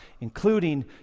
including